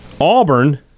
Auburn